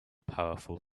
powerful